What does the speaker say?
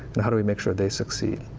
and how do we make sure they succeed?